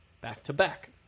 back-to-back